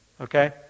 okay